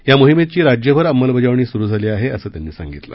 या मोहिमेची राज्यभर अंमलबजावणी सुरु झाली आहे असं त्यांनी सांगितलं